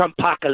Trumpocalypse